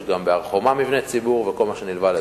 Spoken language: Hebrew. יש גם בהר-חומה מבני ציבור וכל מה שנלווה לזה.